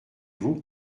vous